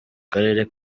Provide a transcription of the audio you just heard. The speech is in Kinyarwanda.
karere